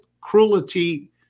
cruelty